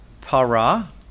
para